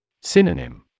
Synonym